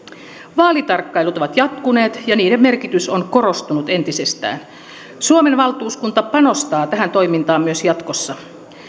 vaalitarkkailut ovat jatkuneet ja niiden merkitys on korostunut entisestään suomen valtuuskunta panostaa tähän toimintaan myös jatkossa